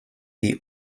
die